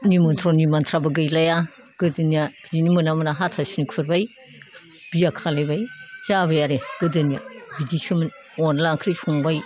निमत्रनि मानसिफ्राबो गैलाया गोदोनिया दिनै मोना मोना हाथासुनि खुरबाय बिया खालायबाय जाबाय आरो गोदोनिया बिदिसोमोन अनला ओंख्रि संबाय